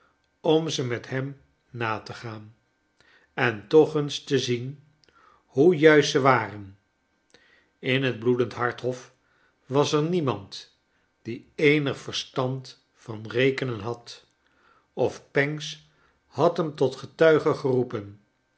om ze met hem na te gaan en toch eens te zien hoe juist ze waren in het bloedende hart hof was er niemand die eenig verstand van rekenen had of pancks had hem tot getuige geroepen